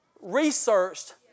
researched